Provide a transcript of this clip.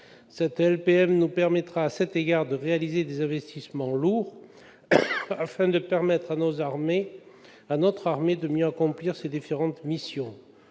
militaire nous permettra, à cet égard, de réaliser des investissements lourds, afin de permettre à notre armée de mieux accomplir ses différentes missions.